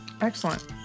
Excellent